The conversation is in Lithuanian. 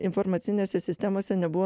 informacinėse sistemose nebuvo